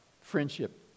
friendship